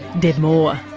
deb moore,